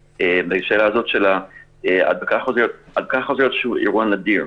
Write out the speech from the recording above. בשאלה הזאת של ההדבקה החוזרת - הדבקה חוזרת שהוא אירוע נדיר,